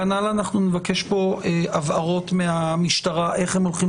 כנ"ל אנחנו נבקש פה הבהרות מהמשטרה איך הם הולכים